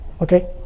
Okay